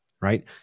right